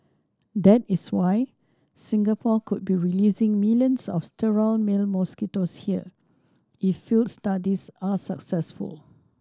that is why Singapore could be releasing millions of sterile male mosquitoes here if field studies are successful